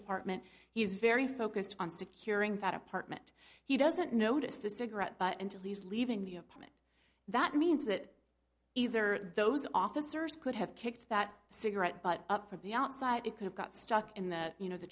apartment he's very focused on securing that apartment he doesn't notice the cigarette butt into least leaving the apartment that means that either those officers could have kicked that cigarette butt up from the outside it could have got stuck in the you know the